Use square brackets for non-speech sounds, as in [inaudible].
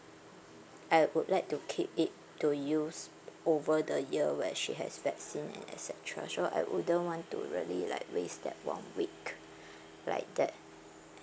I would like to keep it to use over the year when she has vaccine and et cetera so I wouldn't want to really like waste that one week [breath] like that